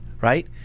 right